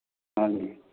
ਹਾਂਜੀ